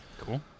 Cool